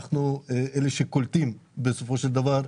אנחנו אלה שקולטים בסופו של דבר.